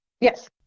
Yes